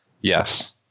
yes